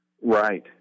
Right